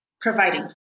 Providing